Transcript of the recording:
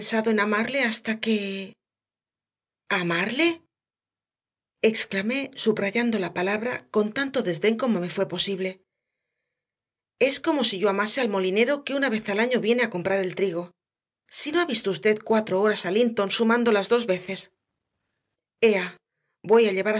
en amarle hasta que amarle exclamé subrayando la palabra con tanto desdén como me fue posible es como si yo amase al molinero que una vez al año viene a comprar el trigo si no ha visto usted cuatro horas a linton sumando las dos veces ea voy a llevar